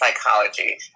psychology